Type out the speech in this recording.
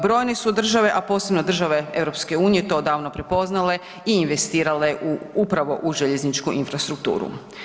Brojne su države a posebno države EU-a to davno prepoznale i investirale upravo u željezničku infrastrukturu.